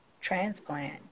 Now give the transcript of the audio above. transplant